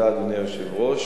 אדוני היושב-ראש,